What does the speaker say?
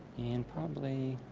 and probably